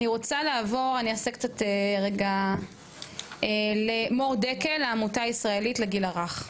אני רוצה לעבור אני אעשה קצת רגע למור דקל העמותה הישראלית לגיל הרך.